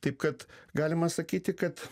taip kad galima sakyti kad